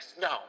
No